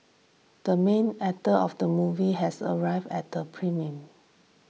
the main actor of the movie has arrived at the premiere